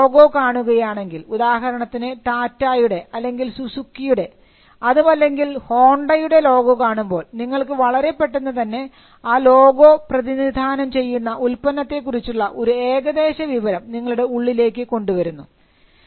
നിങ്ങൾ ഒരു ലോഗോ കാണുകയാണെങ്കിൽ ഉദാഹരണത്തിന് ടാറ്റായുടെ അല്ലെങ്കിൽ സുസുക്കിയുടെ അതുമല്ലെങ്കിൽ ഹോണ്ടയുടെ ലോഗോ കാണുമ്പോൾ നിങ്ങൾക്ക് വളരെ പെട്ടെന്ന് തന്നെ ആ ലോഗോ പ്രതിനിധാനം ചെയ്യുന്ന ഉൽപ്പന്നത്തെ കുറിച്ചുള്ള ഒരു ഏകദേശ വിവരം നിങ്ങളുടെ ഉള്ളിലേക്ക് കൊണ്ടുവരുന്നു